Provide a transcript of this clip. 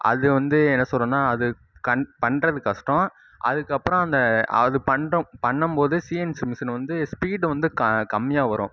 அதுவந்து என்ன சொல்லுறதுன்னா அது கண் பண்ணுறது கஷ்டம் அதுக்கப்புறம் அந்த அது பண்ணுறோம் பண்ணும் போது சீஎன்ஸி மிஷின் வந்து ஸ்பீடு க கம்மியாக வரும்